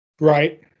Right